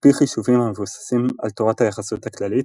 על-פי חישובים המבוססים על תורת היחסות הכללית,